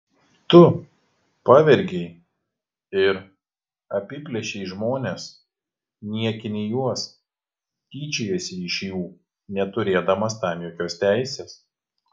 tu pavergei ir apiplėšei žmones niekini juos tyčiojiesi iš jų neturėdamas tam jokios teisės